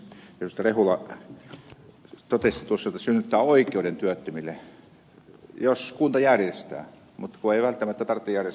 rehula totesi tuossa että tämä synnyttää oikeuden työttömille jos kunta järjestää mutta kun ei välttämättä tarvitse järjestää